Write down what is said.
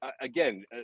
Again